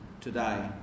today